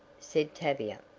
said tavia.